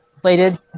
plated